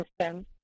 system